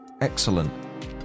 excellent